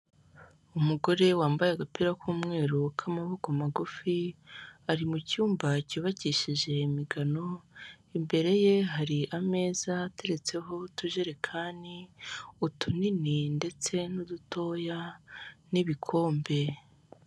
Icyapa kigaragaza ibitaro bya police, kikaba kigizwe n'amabara y'umutuku, umweru n'ubururu, kikaba kigizwe n'ibarangantego bibiri hari icy'u Rwanda n'icya police, ik'icyapa kikaba giteye mu busitani.